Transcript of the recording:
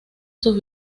sus